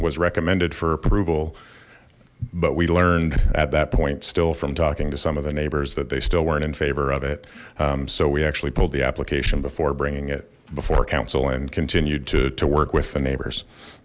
was recommended for approval but we learned at that point still from talking to some of the neighbors that they still weren't in favor of it so we actually pulled the application before bringing it before council and continued to work with the neighbors